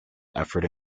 effort